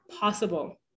possible